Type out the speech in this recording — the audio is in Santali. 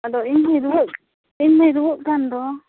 ᱟᱫᱚ ᱤᱧ ᱦᱚᱸᱧ ᱨᱩᱣᱟᱹᱜ ᱤᱧ ᱢᱚᱸᱧ ᱨᱩᱣᱟᱹᱜ ᱠᱟᱱᱫᱚ